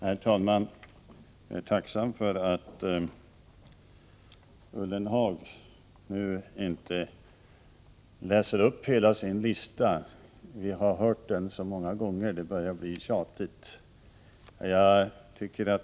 Herr talman! Jag är tacksam för att Jörgen Ullenhag nu inte läste upp hela sin lista. Vi har hört den så många gånger att det börjar bli tjatigt.